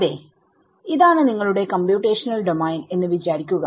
അതേ ഇതാണ് നിങ്ങളുടെ കമ്പ്യൂട്ടേഷണൽ ഡോമെയിൻഎന്ന് വിചാരിക്കുക